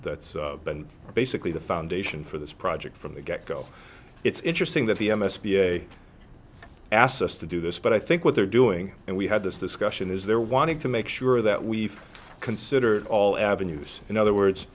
that's been basically the foundation for this project from the get go it's interesting that the m s b a asked us to do this but i think what they're doing and we had this discussion is they're wanting to make sure that we've considered all avenues in other words